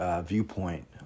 viewpoint